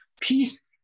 peace